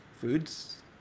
foods